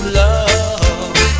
love